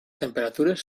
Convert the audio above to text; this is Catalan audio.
temperatures